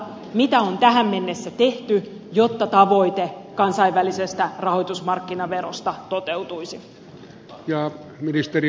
mitä on tähän mennessä tehty jotta tavoite kansainvälisestä rahoitusmarkkinaverosta toteutuisi